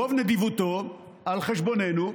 ברוב נדיבותו, על חשבוננו,